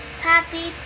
puppy